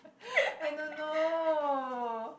I don't know